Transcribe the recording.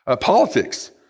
Politics